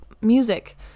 music